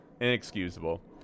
inexcusable